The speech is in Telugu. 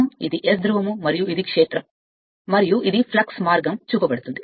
ఇవి మరియు ఇది S ధ్రువం మరియు ఇది ఒక క్షేత్రం మరియు ఇది ఫ్లక్స్ మార్గం చూపబడుతుంది